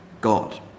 God